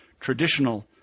traditional